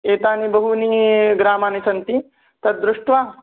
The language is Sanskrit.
एतानि बहूनी ग्रामानि सन्ति तद् दृष्ट्वा